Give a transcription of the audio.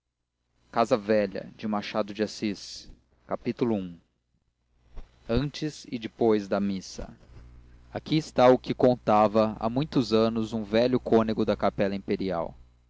casa velha machado de assis capítulo i aqui está o que contava há muitos anos um velho cônego da capela imperial